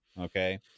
Okay